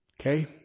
okay